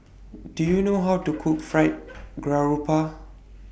Do YOU know How to Cook Fried Garoupa